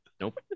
Nope